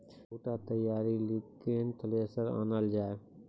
बूटा तैयारी ली केन थ्रेसर आनलऽ जाए?